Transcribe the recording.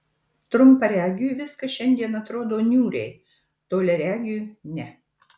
trumparegiui viskas šiandien atrodo niūriai toliaregiui ne